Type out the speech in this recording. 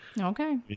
Okay